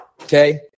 okay